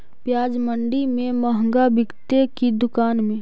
प्याज मंडि में मँहगा बिकते कि दुकान में?